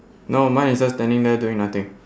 no mine is just standing there doing nothing